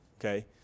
Okay